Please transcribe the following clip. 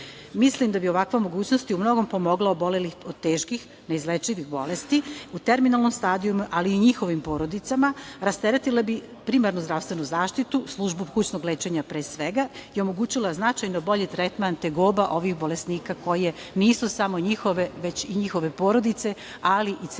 da bi ovakve mogućnosti umnogome pomogle obolelim od teških neizlečivih bolesti u terminalnom stadijumu, ali i njihovim porodicama, rasteretile bi primarnu zdravstvenu zaštitu, službu kućnog lečenja pre svega i omogućile značajno bolji tretman tegoba ovih bolesnika, koje nisu samo njihove, već i njihove porodice, ali i cele